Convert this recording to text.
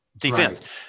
defense